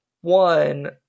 One